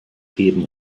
heben